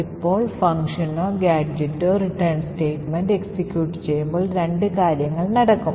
ഇപ്പോൾ ഫംഗ്ഷനോ ഗാഡ്ജെറ്റോ return statement എക്സിക്യൂട്ട് ചെയ്യുമ്പോൾ രണ്ട് കാര്യങ്ങൾ സംഭവിക്കും